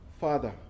Father